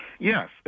Yes